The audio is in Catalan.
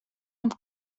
amb